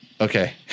Okay